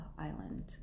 Island